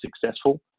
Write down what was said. successful